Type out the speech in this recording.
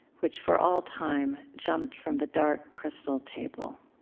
which, for all time, jumped from the dark crystal table.